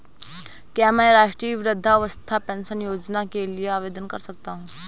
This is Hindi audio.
क्या मैं राष्ट्रीय वृद्धावस्था पेंशन योजना के लिए आवेदन कर सकता हूँ?